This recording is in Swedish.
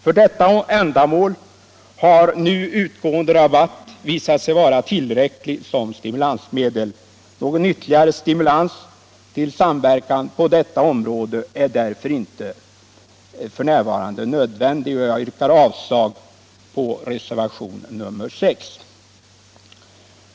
För dessa ändamål har nu utgående rabatt visat sig vara tillräcklig som stimulansmedel. Någon ytterligare stimulans till samverkan på detta område är därför inte f. n. nödvändig. Jag yrkar därför avslag på reservationen 6.